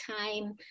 time